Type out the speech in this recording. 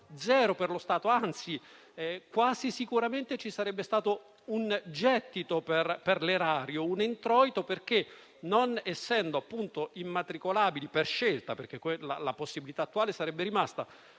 zero allo Stato e quasi sicuramente ci sarebbe stato un gettito per l'erario, un introito perché, non essendo immatricolabili per scelta - l'attuale possibilità sarebbe rimasta